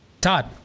Todd